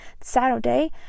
Saturday